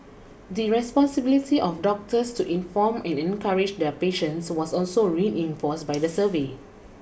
the responsibility of doctors to inform and encourage their patients was also reinforced by the survey